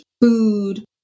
food